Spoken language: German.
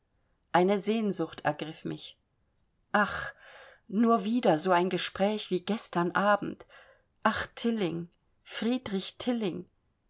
eine sehnsucht ergriff mich ach nur wieder so ein gespräch wie gestern abends ach tilling friedrich tilling